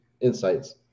insights